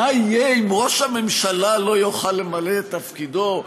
מה יהיה אם ראש הממשלה לא יוכל למלא את תפקידו,